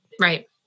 Right